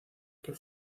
que